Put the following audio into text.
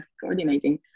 coordinating